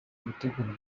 yiteguye